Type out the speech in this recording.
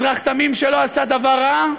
אזרח תמים שלא עשה דבר רע,